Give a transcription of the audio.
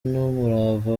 n’umurava